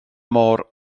môr